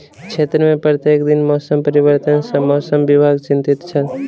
क्षेत्र में प्रत्येक दिन मौसम परिवर्तन सॅ मौसम विभाग चिंतित छल